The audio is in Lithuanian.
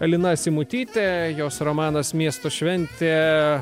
lina simutytė jos romanas miesto šventė